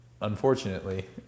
Unfortunately